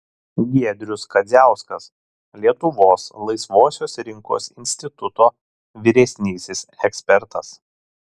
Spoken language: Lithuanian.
giedrius kadziauskas lietuvos laisvosios rinkos instituto vyresnysis ekspertas